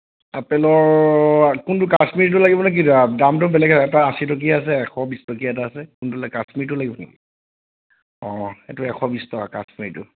আপেলৰ কোনটো কাশ্মীৰৰটো লাগিব নে দামটো বেলেগ এটা আশী টকীয়া আছে এটা এশ বিছ টকীয়া এটা আছে কোনটো লাগিব কাশ্মীৰৰটো লাগিব নেকি অঁ এইটো এশ বিছ টকা কাশ্মীৰৰটো